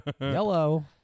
Yellow